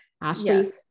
Ashley